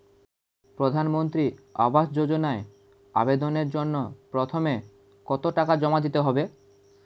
প্রধানমন্ত্রী আবাস যোজনায় আবেদনের জন্য প্রথমে কত টাকা জমা দিতে হবে?